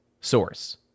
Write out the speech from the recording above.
source